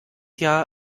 jahr